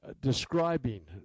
describing